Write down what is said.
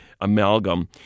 amalgam